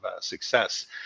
success